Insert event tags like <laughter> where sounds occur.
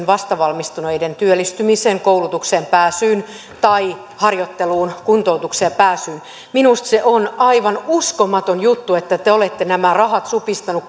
<unintelligible> vastavalmistuneiden työllistymiseen koulutukseen pääsyyn tai harjoitteluun kuntoutukseen pääsyyn minusta se on aivan uskomaton juttu että te te olette nämä rahat supistanut <unintelligible>